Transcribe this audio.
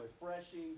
refreshing